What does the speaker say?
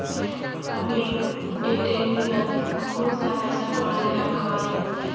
Amit day ट्रेडिंगत बहुतला पैसा कमाले आर गंवाले